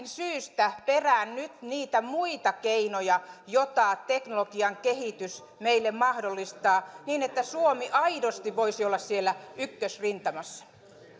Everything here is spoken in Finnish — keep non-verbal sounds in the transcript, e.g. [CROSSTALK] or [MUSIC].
[UNINTELLIGIBLE] syystä perään nyt niitä muita keinoja joita teknologian kehitys meille mahdollistaa niin että suomi aidosti voisi olla siellä ykkösrintamassa